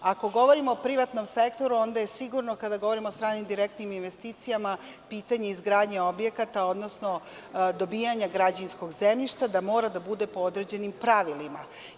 Ako govorimo o privatnom sektoru, onda je sigurno kada govorimo o stranim direktnim investicijama pitanje izgradnje objekata, odnosno dobijanja građevinskog zemljišta da mora da bude po određenim pravilima.